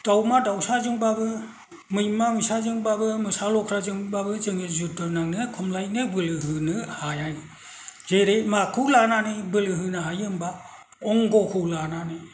दावमा दावसाजोंबाबो मैमा मैसाजोंबाबो मोसा ल'ख्राजोंबाबो जोङो जुद्ध' नांनो खमलायनो बोलो होनो हायो जेरै माखौ लानानै बोलो होनो हायो होनबा अंग'खौ लानानै